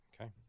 Okay